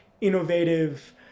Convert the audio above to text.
innovative